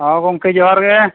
ᱦᱮᱸ ᱜᱚᱢᱠᱮ ᱡᱚᱦᱟᱨ ᱜᱮ